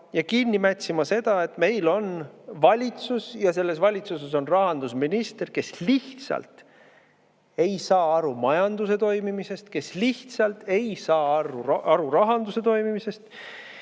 ja kinni mätsima seda, et meil on valitsuses rahandusminister, kes lihtsalt ei saa aru majanduse toimimisest, kes lihtsalt ei saa aru rahanduse toimimisest